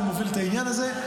הוא מוביל את העניין הזה,